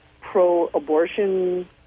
pro-abortion